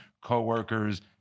coworkers